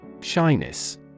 Shyness